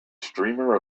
streamer